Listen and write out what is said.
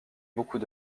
beaucoup